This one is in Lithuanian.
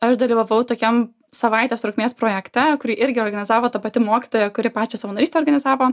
aš dalyvavau tokiam savaitės trukmės projekte kurį irgi organizavo ta pati mokytoja kuri pačią savanorystę organizavo